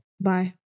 Bye